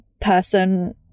person